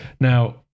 Now